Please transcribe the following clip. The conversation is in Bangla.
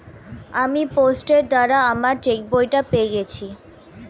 আমি পোস্টের দ্বারা আমার চেকবইটা পেয়ে গেছি